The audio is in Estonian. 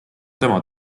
tema